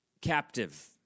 captive